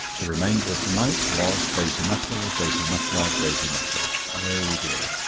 the remainder of the night was daisy mutlar daisy mutlar daisy mutlar. oh dear!